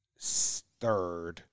third